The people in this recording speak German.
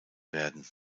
werden